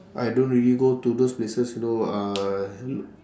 I don't really go to those places you know uh